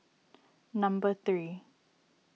number three